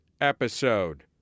episode